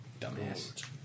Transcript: Dumbass